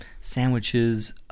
sandwiches